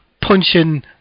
punching